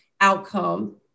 outcome